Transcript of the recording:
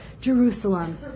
Jerusalem